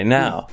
now